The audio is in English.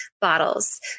bottles